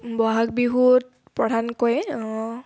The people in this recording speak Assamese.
বহাগ বিহুত প্ৰধানকৈ